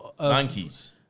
Monkeys